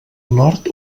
nord